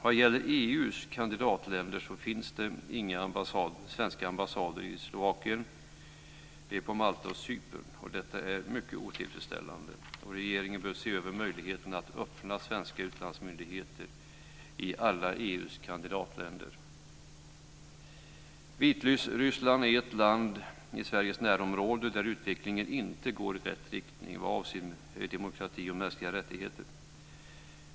Vad gäller EU:s kandidatländer finns det inga svenska ambassader i Slovakien, på Malta och på Cypern. Detta är mycket otillfredsställande, och regeringen bör se över möjligheterna att öppna svenska utlandsmyndigheter i alla EU:s kandidatländer. Vitryssland är ett land i Sveriges närområde där utvecklingen inte går i rätt riktning vad avser demokrati och mänskliga rättigheter.